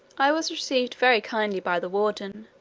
i was received very kindly by the warden,